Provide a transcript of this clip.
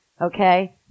okay